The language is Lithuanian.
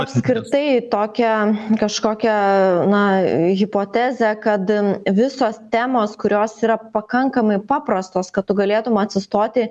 apskritai tokia kažkokia na hipotezė kad visos temos kurios yra pakankamai paprastos kad tu galėtum atsistoti